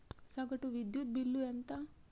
సగటు విద్యుత్ బిల్లు ఎంత?